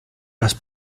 las